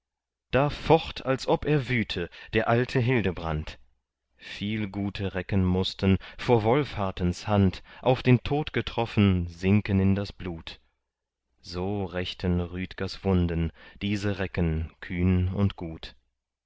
da focht als ob er wüte der alte hildebrand viel gute recken mußten vor wolfhartens hand auf den tod getroffen sinken in das blut so rächten rüdgers wunden diese recken kühn und gut